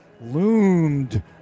loomed